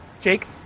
Jake